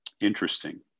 Interesting